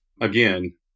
again